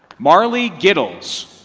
marley giddles